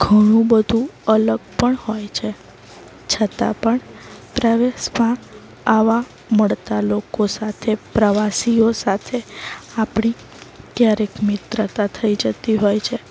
ઘણું બધું અલગ પણ હોય છે છતાં પણ પ્રવાસમાં આવા મળતાં લોકો સાથે પ્રવાસીઓ સાથે આપણી ક્યારેક મિત્રતા થઈ જતી હોય છે